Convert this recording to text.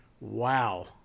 Wow